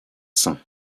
saint